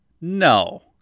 No